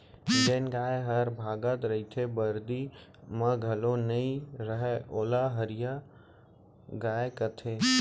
जेन गाय हर भागत रइथे, बरदी म घलौ नइ रहय वोला हरही गाय कथें